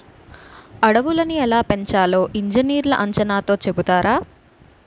అడవులని ఎలా పెంచాలో ఇంజనీర్లు అంచనాతో చెబుతారు